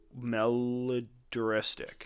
melodristic